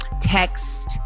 text